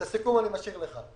את הסיכום אני אשאיר לך.